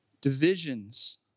Divisions